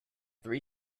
three